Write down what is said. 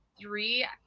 three